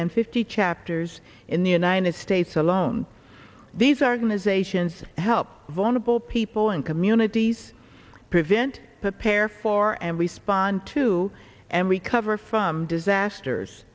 and fifty chapters in the united states alone these are his asians help vulnerable people and communities prevent prepare for and respond to and recover from disasters